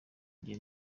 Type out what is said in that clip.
njye